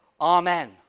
amen